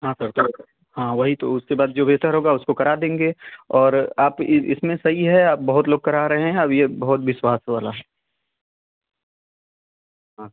हाँ सर हाँ वही तो उसके बाद जो बेहतर होगा उसको करा देंगे और आप इसमें सही है आप बहुत लोग करा रहे हैं अब ये बहुत विश्वास वाला है हाँ